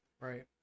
Right